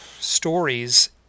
stories